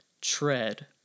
tread